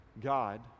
God